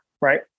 right